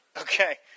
Okay